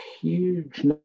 huge